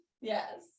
Yes